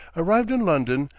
arrived in london,